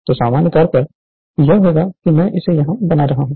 तो सामान्य तौर पर यह होगा कि मैं इसे यहां बना रहा हूं